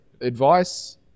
Advice